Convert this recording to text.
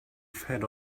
fed